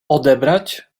odebrać